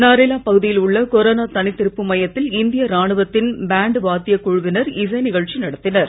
நரேலா பகுதியில் உள்ள கொரோனா தனித்திருப்பு மையத்தில் இந்திய இராணுவத்தின் பேண்ட் வாத்திய குழுவினர் இசை நிகழ்ச்சி நடத்தினர்